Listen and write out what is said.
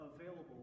available